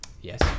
yes